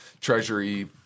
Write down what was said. treasury